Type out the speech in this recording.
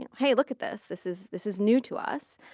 and hey, look at this. this is this is new to us.